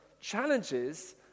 challenges